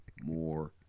more